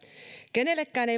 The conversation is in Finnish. kenellekään ei